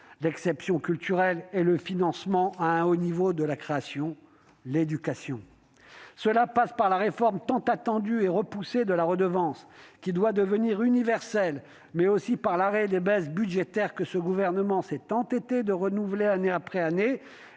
l'exception culturelle, l'éducation et le financement à un haut niveau de la création. Cela passe par la réforme tant attendue et repoussée de la redevance, qui doit devenir universelle, mais aussi par l'arrêt des baisses budgétaires que ce gouvernement s'est entêté à renouveler année après année,